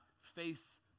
face